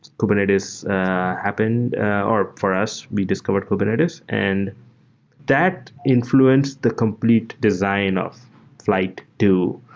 kubernetes happened or for us, we discovered kubernetes. and that influenced the complete design of flyte two,